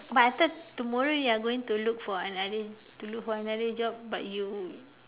eh but I thought tomorrow you are going to look for another to look for another job but you